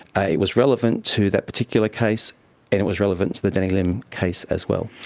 ah it was relevant to that particular case and it was relevant to the danny lim case as well.